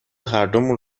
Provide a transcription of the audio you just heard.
هردومون